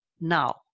now